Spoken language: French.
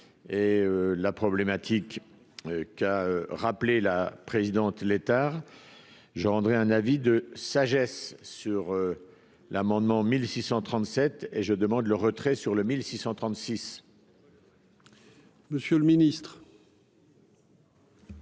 la problématique qu'a rappelé la présidente les tard je rendrai un avis de sagesse sur l'amendement 1637 et je demande le retrait sur le 1636.